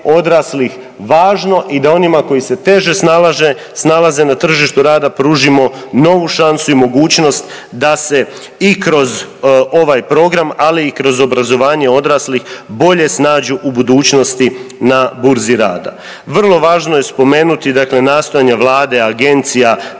odraslih važno i da onima koji se teže snalaze na tržištu rada pružimo novu šansu i mogućnost da se i kroz ovaj program, ali i kroz obrazovanje odraslih bolje snađu u budućnosti na burzi rada. Vrlo važno je spomenuti nastojanje Vlade, agencija,